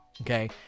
Okay